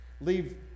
leave